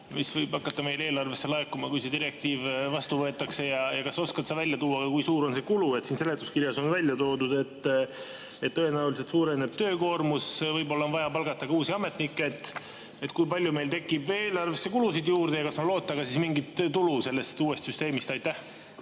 mis võib hakata meil eelarvesse laekuma, kui see direktiiv vastu võetakse? Ja kas sa oskad välja tuua, kui suur on see kulu? Siin seletuskirjas on välja toodud, et tõenäoliselt suureneb töökoormus, võib-olla on vaja palgata uusi ametnikke. Kui palju meil tekib eelarvesse kulusid juurde ja kas on loota mingit tulu sellest uuest süsteemist? Aitäh,